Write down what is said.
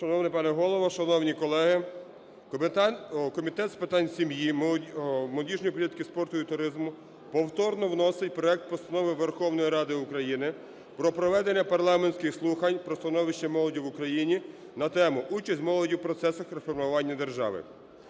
Шановний пане Голово, шановні колеги! Комітет з питань сім'ї, молодіжної політики, спорту та туризму повторно вносить проект Постанови Верховної Ради України про проведення парламентських слухань про становище молоді в України на тему: "Участь молоді в процесах реформування держави".